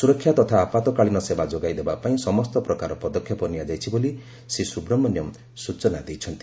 ସୁରକ୍ଷା ତଥା ଆପତ୍କାଳୀନ ସେବା ଯୋଗାଇ ଦେବାପାଇଁ ସମସ୍ତ ପ୍ରକାର ପଦକ୍ଷେପ ନିଆଯାଇଛି ବୋଲି ଶ୍ରୀ ସୁବ୍ରମଣ୍ୟମ୍ ସଚନା ଦେଇଛନ୍ତି